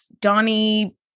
Donnie